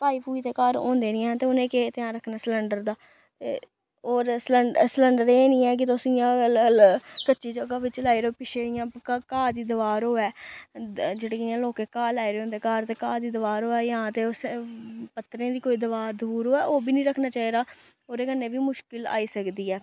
भाई भूई ते घार होंदे निं हैन ते उ'नें केह् ध्यान रक्खना सलैंडर दा ते होर सल सलैंडर एह् निं है कि तुस इ'यां कच्ची जगह् बिच्च लाई ओड़ो पिच्छें इ'यां घाऽ दी दवार होवै जेह्ड़ी इ'यां लोके घर लाए दे होंदे ते घाऽ दी दवार होवै जां ते उस पत्तरें दी कोई दवार दवूर होवै ओह् बी नेईं रक्खनी चाहिदा ओह्दे कन्नै बी मुश्किल आई सकदी ऐ